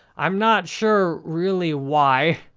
i'm not sure really why.